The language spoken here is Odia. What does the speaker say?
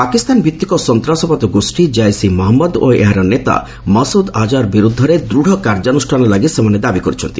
ପାକିସ୍ତାନ ଭିତ୍ତିକ ସନ୍ତାସବାଦ ଗୋଷ୍ଠୀ ଜୈସ୍ ଇ ମହମ୍ମଦ ଓ ଏହାର ନେତା ମସୁଦ୍ ଆଜାର୍ ବିରୁଦ୍ଧରେ ଦୂଢ଼ କାର୍ଯ୍ୟାନୁଷ୍ଠାନ ଲାଗି ସେମାନେ ଦାବି କରିଛନ୍ତି